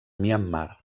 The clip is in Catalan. myanmar